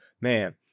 man